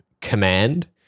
command